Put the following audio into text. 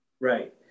Right